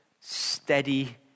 steady